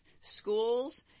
schools